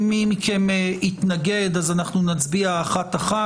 אם מי מכם מתנגד, אנחנו נצביע אחת-אחת.